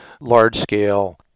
large-scale